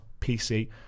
PC